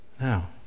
Now